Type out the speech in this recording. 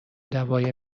دوای